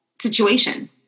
situation